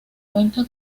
cuenta